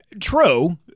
True